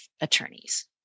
attorneys